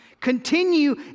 Continue